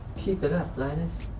keep it up, linus.